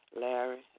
Larry